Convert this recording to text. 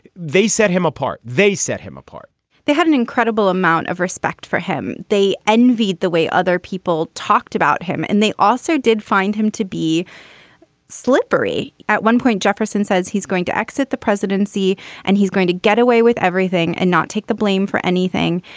they set him apart. they set him apart they had an incredible amount of respect for him. they envy the way other people talked about him. and they also did find him to be slippery. at one point, jefferson says he's going to exit the presidency and he's going to get away with everything and not take the blame for anything.